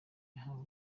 yahamwe